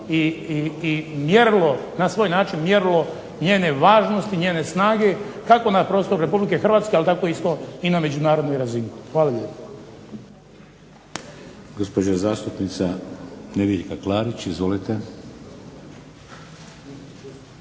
i mjerilo na svoj način mjerilo njene važnosti, njene snage kako na prostoru Republike Hrvatske, ali tako isto i na međunarodnoj razini. Hvala lijepo.